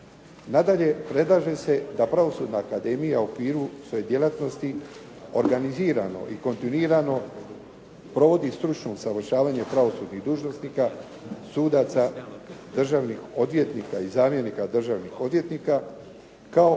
Nadalje, predlaže se da Pravosudna akademija u okviru svoje djelatnosti organizirano i kontinuirano provodi stručno usavršavanje pravosudnih dužnosnika, sudaca, državnih odvjetnika i zamjenika državnih odvjetnika kao